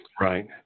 Right